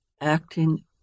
acting